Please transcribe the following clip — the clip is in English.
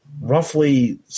roughly